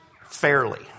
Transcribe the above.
fairly